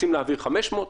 רוצים להעביר 500?